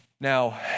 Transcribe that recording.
Now